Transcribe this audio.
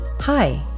Hi